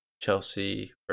Chelsea